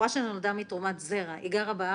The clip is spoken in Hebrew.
שנולדה מתרומת זרע, היא גרה בארץ?